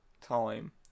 time